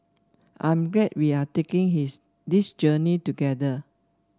I'm glad we are taking his this journey together